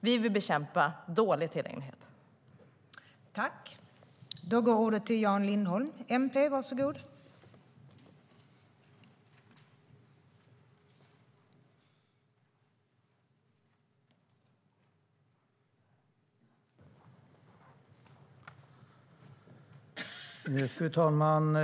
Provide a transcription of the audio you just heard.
Vi vill bekämpa dålig tillgänglighet.